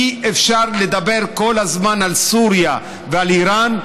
אי-אפשר לדבר כל הזמן על סוריה ועל איראן,